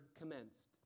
commenced